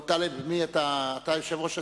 או טלב, אתה יושב-ראש הסיעה?